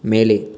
மேலே